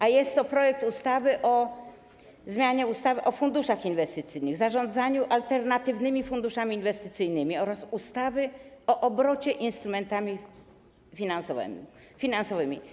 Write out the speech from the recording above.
A jest to projekt ustawy o zmianie ustawy o funduszach inwestycyjnych i zarządzaniu alternatywnymi funduszami inwestycyjnymi oraz ustawy o obrocie instrumentami finansowymi.